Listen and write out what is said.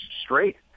straight